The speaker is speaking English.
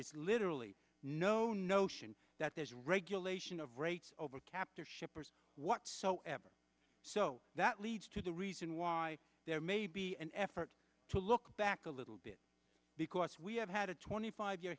is literally no notion that there's regulation of rates over captive shippers whatsoever so that leads to the reason why there may be an effort to look back a little bit because we have had a twenty five year